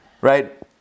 right